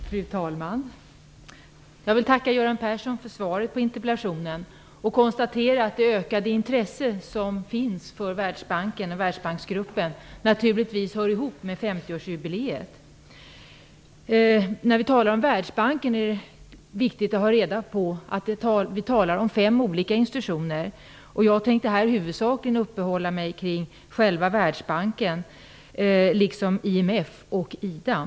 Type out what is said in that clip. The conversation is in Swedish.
Fru talman! Jag vill tacka Göran Persson för svaret på interpellationen. Jag konstaterar att det ökade intresse som finns för Världsbanken och Världsbanksgruppen naturligtvis hör ihop med 50 årsjubileet. När vi talar om Världsbanken är det viktigt att komma ihåg att vi talar om fem olika institutioner. Jag tänker här huvudsakligen uppehålla mig kring själva Världsbanken, IMF och IDA.